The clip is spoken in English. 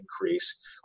increase